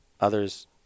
others